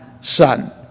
Son